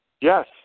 Yes